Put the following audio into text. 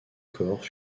corps